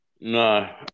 No